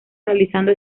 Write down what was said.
realizando